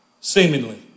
seemingly